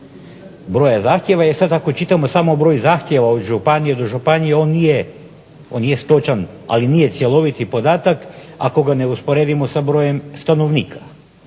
broja zahtjeva jer sad ako čitamo samo broj zahtjeva od županije do županije on jest točan, ali nije cjeloviti podatak ako ga ne usporedimo sa brojem stanovnika.